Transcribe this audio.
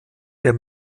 der